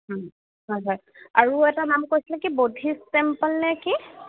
হয় হয় আৰু এটা নাম কৈছিলে কি বদ্ধিষ্ট টেম্পল নে কি